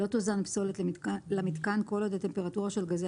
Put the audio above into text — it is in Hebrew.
לא תוזן פסולת למיתקן כל עוד הטמפרטורה של גזי